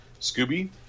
Scooby